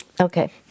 Okay